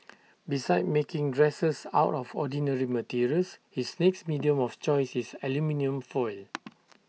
besides making dresses out of ordinary materials his next medium of choice is aluminium foil